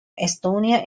estonia